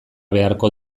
beharko